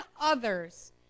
others